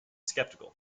skeptical